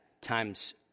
times